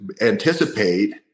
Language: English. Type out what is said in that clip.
anticipate